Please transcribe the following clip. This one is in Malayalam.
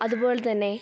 അതുപോലെതന്നെ